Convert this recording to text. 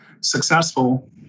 successful